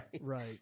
Right